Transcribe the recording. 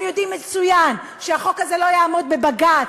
יודעים מצוין שהחוק הזה לא יעמוד בבג"ץ,